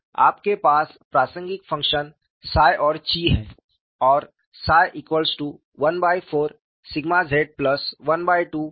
आपके पास प्रासंगिक फंक्शन 𝜳 और 𝛘 है